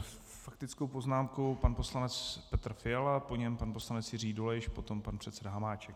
Faktickou poznámku pan poslanec Petr Fiala, po něm pan poslanec Jiří Dolejš, potom pan předseda Hamáček.